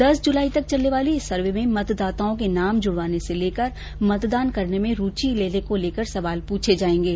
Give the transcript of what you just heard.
दस जुलाई तक चलने वाले इस सर्वे में मतदाताओं के नाम जुडवाने से लेकर मतदान करने में रूचि लेने को लेकर सवाल पूछे जायेंगे